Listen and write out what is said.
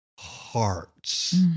Hearts